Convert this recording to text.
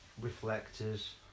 reflectors